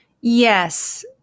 Yes